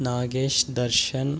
Nagesh Darshan